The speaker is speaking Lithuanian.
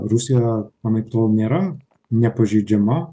rusija anaiptol nėra nepažeidžiama